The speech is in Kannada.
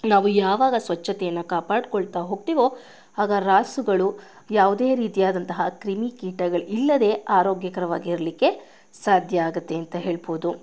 ನಾವು ಯಾವಾಗ ಸ್ವಚ್ಛತೆಯನ್ನು ಕಾಪಾಡ್ಕೊಳ್ತಾ ಹೋಗ್ತೀವೋ ಆಗ ರಾಸುಗಳು ಯಾವುದೇ ರೀತಿ ಆದಂತಹ ಕ್ರಿಮಿ ಕೀಟಗಳು ಇಲ್ಲದೆ ಆರೋಗ್ಯಕರವಾಗಿರಲಿಕ್ಕೆ ಸಾಧ್ಯ ಆಗುತ್ತೆ ಅಂತ ಹೇಳ್ಬೋದು